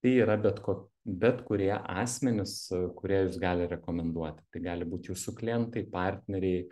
tai yra bet ko bet kurie asmenys kurie gali rekomenduoti tai gali būt jūsų klientai partneriai